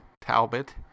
Talbot